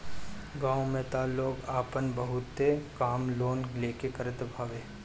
गांव में तअ लोग आपन बहुते काम लोन लेके करत हवे